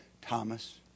Thomas